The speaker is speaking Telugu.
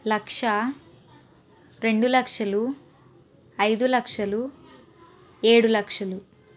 లక్ష రెండు లక్షలు ఐదు లక్షలు ఏడు లక్షలు